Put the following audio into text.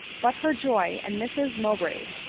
but her joy, and mrs mowbray's,